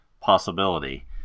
possibility